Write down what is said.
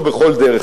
לא בכל דרך,